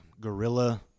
gorilla